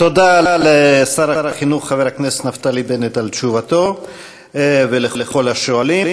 תודה לשר החינוך חבר הכנסת נפתלי בנט על תשובתו ולכל השואלים.